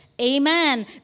amen